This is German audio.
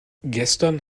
gestern